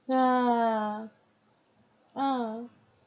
yeah uh